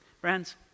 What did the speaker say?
Friends